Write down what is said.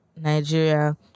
Nigeria